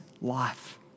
life